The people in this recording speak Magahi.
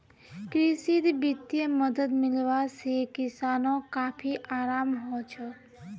कृषित वित्तीय मदद मिलवा से किसानोंक काफी अराम हलछोक